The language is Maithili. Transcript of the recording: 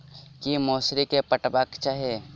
की मौसरी केँ पटेबाक चाहि?